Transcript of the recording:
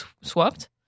swapped